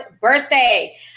birthday